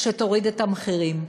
שתוריד את המחירים.